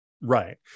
Right